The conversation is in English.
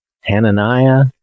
Hananiah